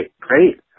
great